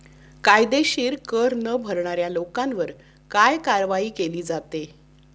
कायदेशीर कर न भरणाऱ्या लोकांवर काय कारवाई केली जाते?